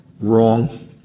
Wrong